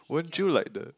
won't you like the